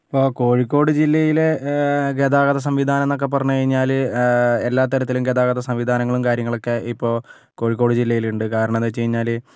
ഇപ്പോൾ കോഴിക്കോട് ജില്ലയിലെ ഗതാഗത സംവിധാനം എന്നൊക്കെ പറഞ്ഞു കഴിഞ്ഞാൽ എല്ലാ തരത്തിലും ഗതാഗത സംവിധാനങ്ങളും കാര്യങ്ങളൊക്കെ ഇപ്പോൾ കോഴിക്കോട് ജില്ലയിലുണ്ട് കാരണം എന്ന് വെച്ചുകഴിഞ്ഞാൽ